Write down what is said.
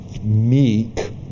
meek